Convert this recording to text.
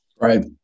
Right